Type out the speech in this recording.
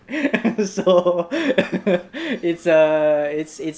so it's a it's it's